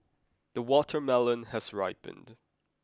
the watermelon has ripened